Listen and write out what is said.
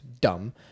dumb